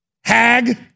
hag